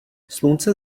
slunce